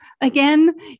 again